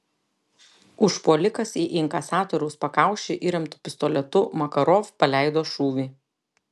užpuolikas į inkasatoriaus pakaušį įremtu pistoletu makarov paleido šūvį